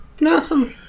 No